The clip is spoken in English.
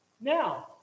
Now